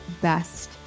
best